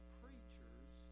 preachers